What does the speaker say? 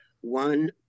one